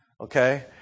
okay